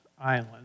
island